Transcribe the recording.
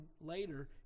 later